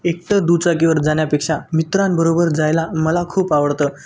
एकटं दुचाकीवर जाण्यापेक्षा मित्रांबरोबर जायला मला खूप आवडतं